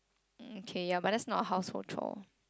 mm kay ya but that's not a household chore